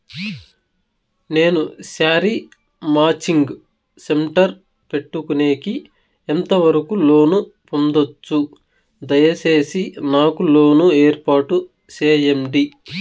నేను sari matching centre పెట్టుకునేకి ఎంత వరకు లోను పొందొచ్చు? దయసేసి నాకు లోను ఏర్పాటు సేయండి?